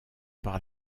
par